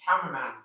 cameraman